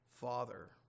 father